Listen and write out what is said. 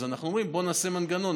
אז אנחנו אומרים: בואו נעשה מנגנון.